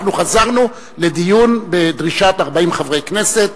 אנחנו חזרנו לדיון בדרישת 40 חברי כנסת